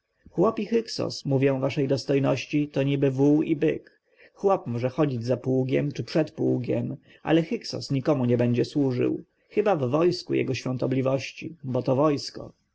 chłop i hyksos mówię waszej dostojności to niby wół i byk chłop może chodzić za pługiem czy przed pługiem ale hyksos nikomu nie będzie służył chyba w wojsku jego świątobliwości bo to wojsko